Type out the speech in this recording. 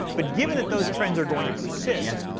but given that those trends are going to persist,